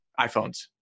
iPhones